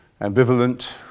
ambivalent